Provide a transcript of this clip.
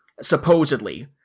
supposedly